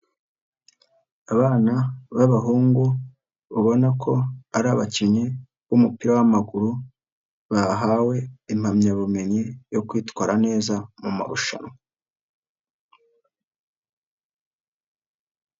Abana b'abahungu ubona ko ari abakinnyi b'umupira w'amaguru bahawe impamyabumenyi yo kwitwara neza mu marushanwa.